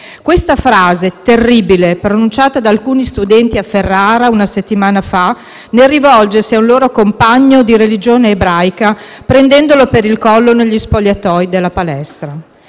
Questa frase terribile è stata pronunciata da alcuni studenti a Ferrara una settimana fa, nel rivolgersi a un loro compagno di religione ebraica prendendolo per il collo negli spogliatoi della palestra.